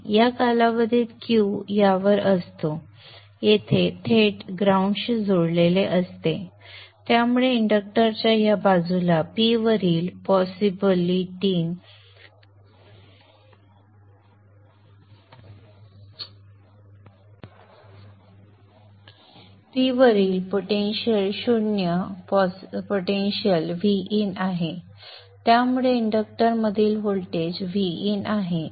ज्या कालावधीत Q यावर असतो ते थेट ग्राउंड शी जोडलेले असते त्यामुळे इंडक्टरच्या या बाजूला P वरील पोटेंशिअल 0 पोटेंशिअल V in आहे त्यामुळे इंडक्टरमधील व्होल्टेज V in आहे